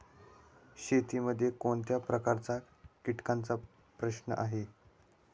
शेतीमध्ये कोणत्या प्रकारच्या कीटकांचा प्रश्न आहे?